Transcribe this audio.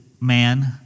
man